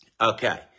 Okay